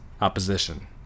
opposition